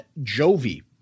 Jovi